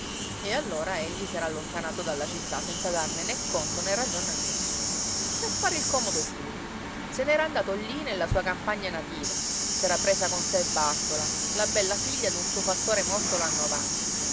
e allora egli s'era allontanato dalla città senza darne né conto né ragione a nessuno per fare il comodo suo se n'era andato lí nella sua campagna nativa s'era presa con sé bàrtola la bella figlia d'un suo fattore morto l'anno avanti